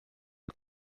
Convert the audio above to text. you